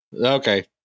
Okay